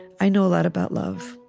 i know a lot about love.